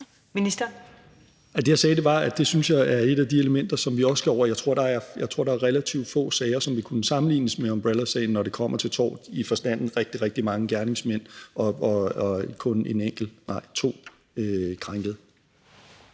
Det, jeg sagde, var, at jeg synes, at det er et af de elementer, som vi også skal ind over. Jeg tror, at der er relativt få sager, som ville kunne sammenlignes med umbrellasagen, når det kommer til spørgsmålet om tortgodtgørelse, fordi der er rigtig, rigtig mange gerningsmænd og kun to krænkede.